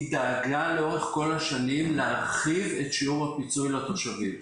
היא דאגה לאורך כל השנים להרחיב את שיעור הפיצוי לתושבים.